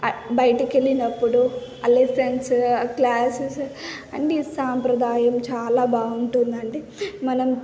బయటకు వెళ్ళినప్పుడు ఆ లెసన్స్ క్లాసెస్ అండ్ ఈ సాంప్రదాయం చాలా బాగుంటుంది అండి మనం